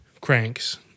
cranks